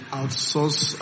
outsource